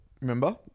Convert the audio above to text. remember